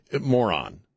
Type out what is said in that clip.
moron